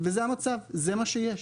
וזה המצב, זה מה שיש".